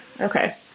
okay